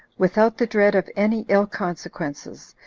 without the dread of any ill consequences,